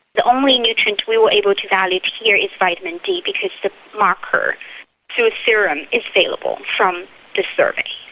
the only nutrient we were able to evaluate here is vitamin d because the marker through a serum is available from this survey.